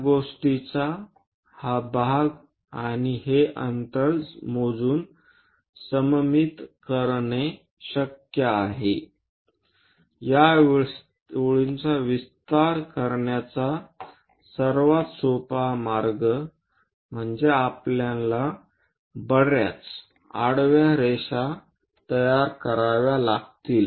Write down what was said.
या गोष्टीचा हा भाग आणि हे अंतर मोजून सममित करणे शक्य आहे या ओळीचा विस्तार करण्याचा सर्वात सोपा मार्ग म्हणजे आपल्याला बर्याच आडव्या रेषा तयार कराव्या लागतील